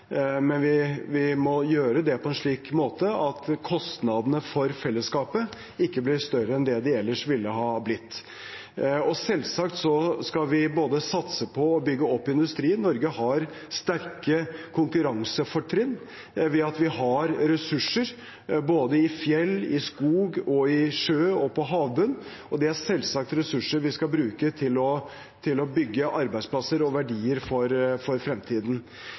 men vi må gjøre det på en slik måte at kostnadene for fellesskapet ikke blir større enn de ellers ville ha blitt. Selvsagt skal vi både satse på og bygge opp industrien. Norge har sterke konkurransefortrinn ved at vi har ressurser både i fjell, i skog, i sjø og på havbunnen, og det er selvsagt ressurser vi skal bruke til å bygge arbeidsplasser og verdier for fremtiden.